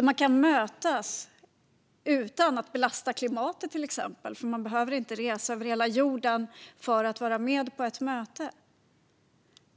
Man kan till exempel mötas utan att belasta klimatet, eftersom man inte behöver resa över hela jorden för att vara med på ett möte.